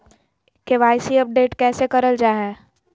KYC update कैसे करल जाहै?